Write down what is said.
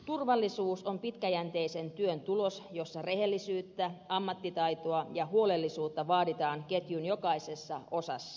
turvallisuus on pitkäjänteisen työn tulos jossa rehellisyyttä ammattitaitoa ja huolellisuutta vaaditaan ketjun jokaisessa osassa